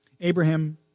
Abraham